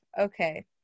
okay